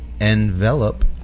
envelop